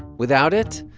without it,